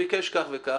ביקש כך וכך.